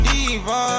Diva